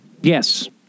Yes